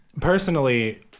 Personally